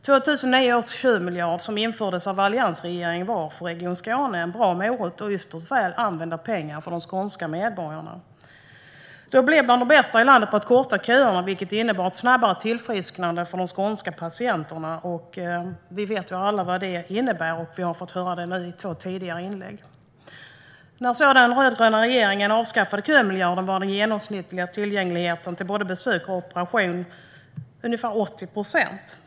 2009 års kömiljard, som infördes av Alliansen, var för region Skåne en bra morot och ytterst väl använda pengar för de skånska medborgarna. Regionen blev bland de bästa i landet på att korta köerna, vilket innebar ett snabbare tillfrisknande för de skånska patienterna. Vi vet alla vad det innebär, och vi har fått höra det i de två tidigare inläggen. När så den rödgröna regeringen avskaffade kömiljarden var den genomsnittliga tillgängligheten till både besök och operation ungefär 80 procent.